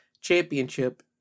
championship